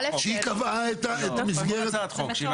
שהיא קבעה את המסגרת.